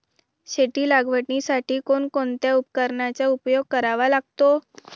शेती लागवडीसाठी कोणकोणत्या उपकरणांचा उपयोग करावा लागतो?